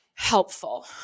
Helpful